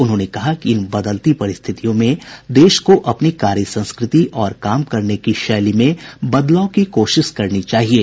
उन्होंने कहा कि इन बदलती परिस्थितियों में देश को अपनी कार्य संस्कृति और काम करने की शैली में बदलाव की कोशिश करनी चाहिये